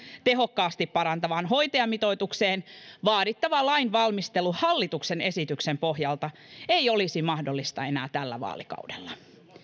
tehokkaasti parantavaan hoitajamitoitukseen vaadittava lainvalmistelu hallituksen esityksen pohjalta ei olisi mahdollista enää tällä vaalikaudella